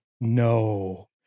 No